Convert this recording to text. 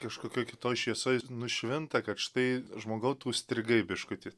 kažkokioj kitoj šviesoj nušvinta kad štai žmogau tu užstrigai biškutį